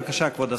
בבקשה, כבוד השר.